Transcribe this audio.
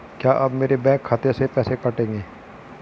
क्या आप मेरे बैंक खाते से पैसे काटेंगे?